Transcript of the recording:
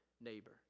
neighbor